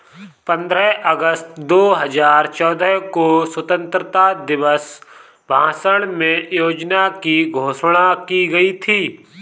पन्द्रह अगस्त दो हजार चौदह को स्वतंत्रता दिवस भाषण में योजना की घोषणा की गयी थी